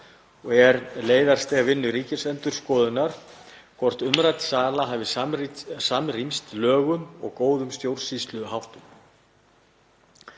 og er leiðarstef vinnu Ríkisendurskoðunar er hvort umrædd sala hafi samrýmst lögum og góðum stjórnsýsluháttum.